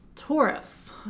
Taurus